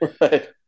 Right